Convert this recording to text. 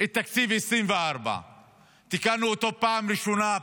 תקציב 2024. תיקנו אותו פעם ראשונה,